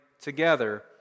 together